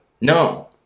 no